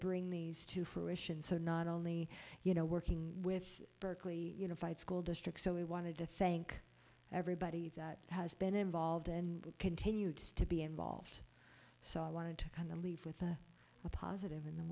bring these to fruition so not only you know working with berkeley unified school district so we wanted to thank everybody that has been involved and continue to be involved so i wanted to kind of lead with a positive in the